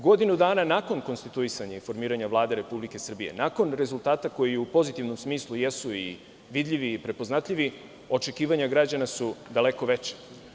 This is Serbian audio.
Godinu dana nakon konstituisanja i formiranja Vlade Republike Srbije, nakon rezultata koji u pozitivnom smislu jesu i vidljivi i prepoznatljivi, očekivanja građana su daleko veća.